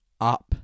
up